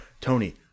Tony